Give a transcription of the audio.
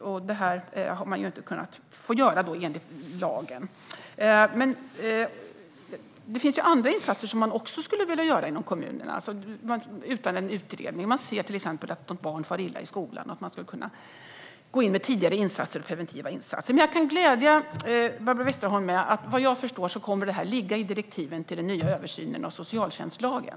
Men det får man inte längre göra enligt lagen. Det finns andra insatser som man också skulle vilja göra inom kommunerna, utan en utredning. Man kanske ser att ett barn far illa i skolan, och då kan man gå in med tidiga och preventiva insatser. Jag kan glädja Barbro Westerholm med att detta, såvitt jag förstår, kommer att ligga i direktiven om den nya översynen av socialtjänstlagen.